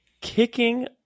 kicking